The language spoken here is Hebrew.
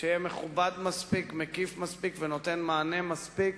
שיהיה מכובד מספיק, מקיף מספיק ונותן מענה מספיק